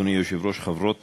אדוני היושב-ראש, חברות